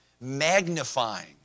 magnifying